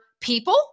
people